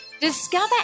discover